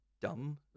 dumb